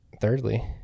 thirdly